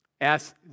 ask